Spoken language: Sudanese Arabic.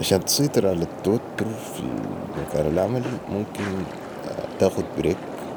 عشان تسيطر علي التوتر في مكان العمل ممكن تاخد برك